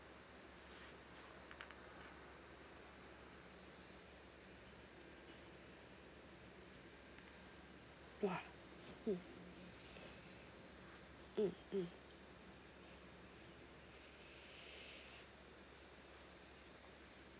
!wah! mm mm mm